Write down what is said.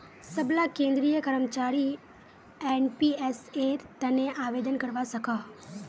सबला केंद्रीय कर्मचारी एनपीएसेर तने आवेदन करवा सकोह